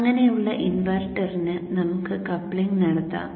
അങ്ങനെ ഉള്ള ഇൻവേർറ്ററിനു നമുക്ക് കപ്ലിങ് നടത്താം